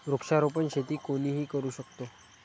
वृक्षारोपण शेती कोणीही करू शकतो